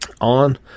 on